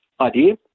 idea